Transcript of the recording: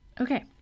Okay